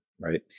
right